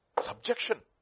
Subjection